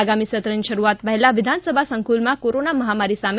આગામી સત્રની શરૂઆત પહેલા વિધાનસભા સંકુલમાં કોરોના મહામારી સામે